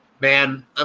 Man